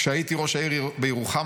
כשהייתי ראש העיר בירוחם,